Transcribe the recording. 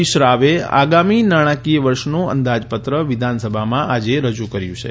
હરીશ રાવે આગામી નાણાંકીય વર્ષનું અંદાજપત્ર વિધાનસભામાં આજે રજુ કર્યુ છે